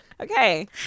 Okay